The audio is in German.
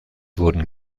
wurden